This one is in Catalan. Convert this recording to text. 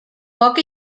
poc